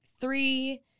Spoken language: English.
three